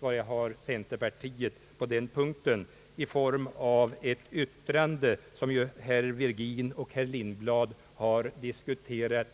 var jag har centerpartiet på denna punkt — i form av det yttrande som herr Virgin och herr Lindblad nu diskuterat.